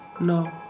No